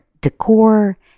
decor